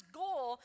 goal